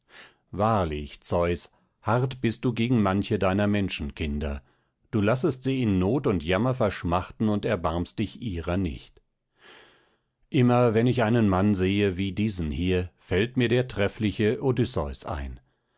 wahrlich zeus hart bist du gegen manche deiner menschenkinder du lassest sie in not und jammer verschmachten und erbarmst dich ihrer nicht immer wenn ich einen mann sehe wie diesen hier fällt mir der treffliche odysseus ein